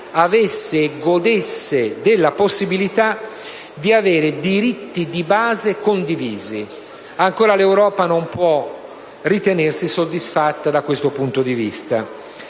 Paese godesse della possibilità di avere diritti di base condivisi. L'Europa non può ancora ritenersi soddisfatta da questo punto di vista.